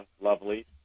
lovely